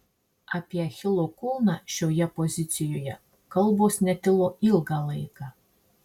apie achilo kulną šioje pozicijoje kalbos netilo ilgą laiką